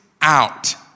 out